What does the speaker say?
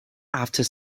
after